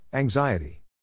Anxiety